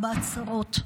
החזרת החטופים".